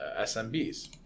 SMBs